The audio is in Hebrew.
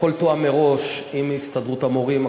הכול תואם מראש עם הסתדרות המורים,